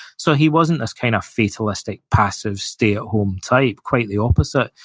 so, he wasn't this kind of fatalistic, passive, stay at home type, quite the opposite.